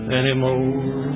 anymore